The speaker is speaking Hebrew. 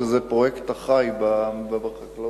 שזה פרויקט החי בחקלאות.